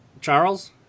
charles